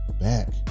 back